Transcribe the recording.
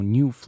New